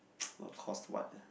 what cause what ah